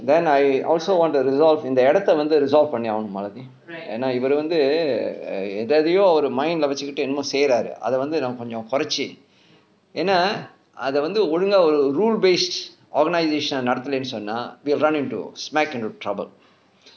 then I also want to resolve இந்த இடத்தை வந்து:intha idathai vanthu resolve பண்ணி ஆகனும்:panni aakanum malathi ஏனா இவரு வந்து எதை எதையோ ஒரு:yaenaa ivaru vanthu ethai ethaiyo mind leh வைச்சுக்கிட்டு என்னம்மோ செய்றாரு அது வந்து நம்ம கொஞ்ச குறைச்சு என்ன அது வந்து ஒழுங்கா ஒரு:vaichukkittu ennammo seyraaru athu vanthu namma koncha kuraichu enna athu vanthu olungaaga oru rule based organisation நடத்திலே சொன்னா:nadathile sonnaa we've run into smack into trouble